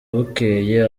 bukeye